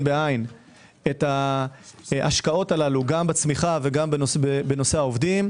בעין את ההשקעות האלה גם בנושא הצמיחה וגם בנושא העובדים.